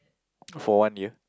for one year